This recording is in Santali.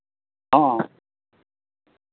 ᱦᱚᱸ